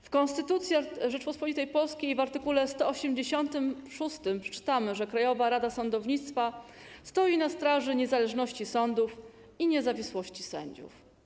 W Konstytucji Rzeczypospolitej Polskiej w art. 186 przeczytamy, że Krajowa Rada Sądownictwa stoi na straży niezależności sądów i niezawisłości sędziów.